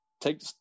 take